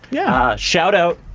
yeah shoutout,